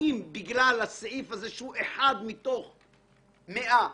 האם בגלל הסעיף הזה שהוא אחד מתוך 100,